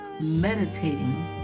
meditating